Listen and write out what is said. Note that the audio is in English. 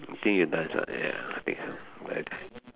think you dance ah ya I think so ya